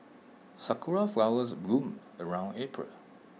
Sakura Flowers bloom around April